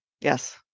Yes